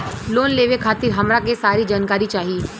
Loan लेवे खातीर हमरा के सारी जानकारी चाही?